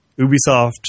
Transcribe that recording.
Ubisoft